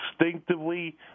instinctively